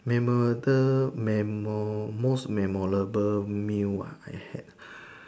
memorable memory most memorable meal ah I had